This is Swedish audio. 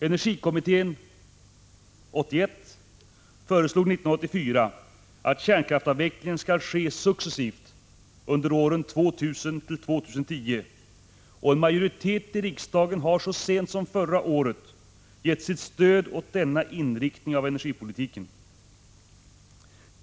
Energikommittén 81 föreslog 1984 att kärnkraftsavvecklingen skall ske successivt under åren 2000-2010, och en majoritet i riksdagen har så sent som förra året gett sitt stöd åt denna inriktning av energipolitiken.